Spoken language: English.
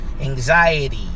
anxiety